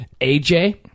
AJ